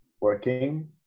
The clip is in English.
working